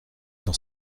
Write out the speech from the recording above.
dans